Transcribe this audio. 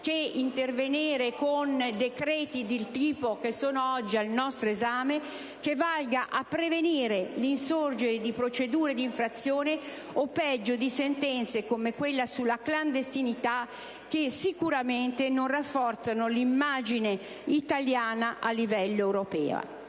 che intervenire con decreti come quello oggi al nostro esame, ciò consentirebbe di prevenire l'insorgere di procedure di infrazione o - peggio - di sentenze come quella sulla clandestinità, che sicuramente non rafforzano l'immagine italiana a livello europeo.